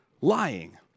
lying